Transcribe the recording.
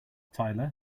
tyler